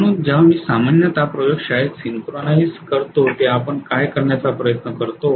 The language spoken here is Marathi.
म्हणून जेव्हा मी सामान्यतः प्रयोगशाळेत सिंक्रोनाइझ करतो तेव्हा आपण काय करण्याचा प्रयत्न करतो